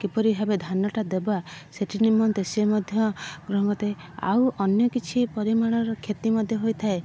କିପରି ଭାବେ ଧାନଟା ଦେବା ସେଥି ନିମନ୍ତେ ସେ ମଧ୍ୟ କ୍ରମରେ ଆଉ ଅନ୍ୟ କିଛି ପରିମାଣର କ୍ଷତି ମଧ୍ୟ ହୋଇଥାଏ